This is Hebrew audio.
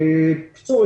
בקיצור,